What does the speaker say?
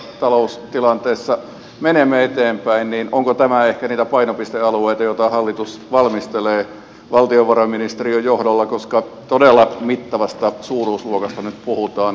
nyt kun me niukassa taloustilanteessa menemme eteenpäin niin onko tämä ehkä niitä painopistealueita joita hallitus valmistelee valtiovarainministeriön johdolla koska todella mittavasta suuruusluokasta nyt puhutaan